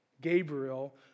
Gabriel